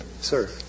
Sir